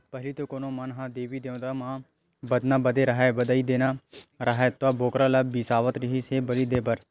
पहिली तो कोनो मन ह देवी देवता म बदना बदे राहय ता, बधई देना राहय त बोकरा ल बिसावत रिहिस हे बली देय बर